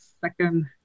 second